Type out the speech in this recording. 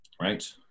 Right